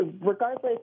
regardless